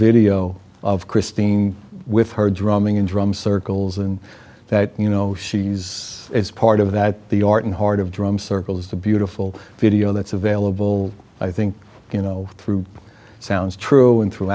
video of christine with her drumming and drum circles and that you know she's part of that the art and heart of drum circle is a beautiful video that's available i think you know through sounds true and through